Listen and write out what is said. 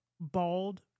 bald